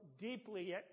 deeply